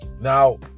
Now